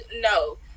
no